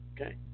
Okay